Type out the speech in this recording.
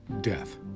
death